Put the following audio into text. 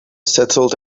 settled